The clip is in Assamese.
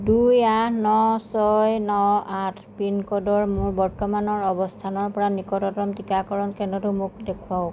দুই আঠ ন ছয় ন আঠ পিনক'ডৰ মোৰ বৰ্তমানৰ অৱস্থানৰ পৰা নিকটতম টীকাকৰণ কেন্দ্ৰটো মোক দেখুৱাওক